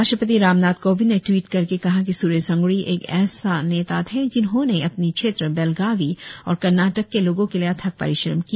राष्ट्रपति रामनाथ कोविंद ने ट्वीट करके कहा कि स्रेश अंगड़ी एक ऐसे नेता थे जिन्होंने अपने क्षेत्र बेलगावी और कर्नाटक के लोगों के लिए अथक परिश्रम किया